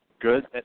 Good